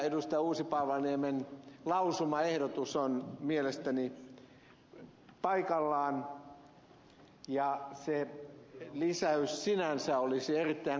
uusipaavalniemen lausumaehdotus on mielestäni paikallaan ja se lisäys sinänsä olisi erittäin kannatettava